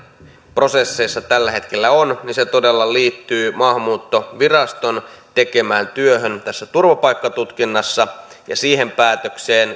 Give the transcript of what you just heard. prosesseissa tällä hetkellä on niin se todella liittyy maahanmuuttoviraston tekemään työhön tässä turvapaikkatutkinnassa ja siihen päätökseen